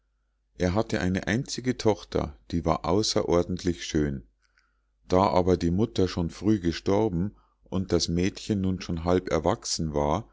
er hatte eine einzige tochter die war außerordentlich schön da aber die mutter schon früh gestorben und das mädchen nun schon halb erwachsen war